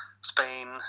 Spain